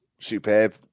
superb